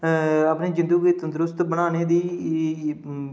अपनी जिंदू गी तंदरुस्त बनाने दी ई ई